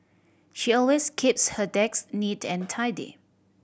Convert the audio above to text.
she always keeps her neat and tidy